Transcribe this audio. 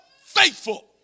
Faithful